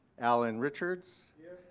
allen richards. here.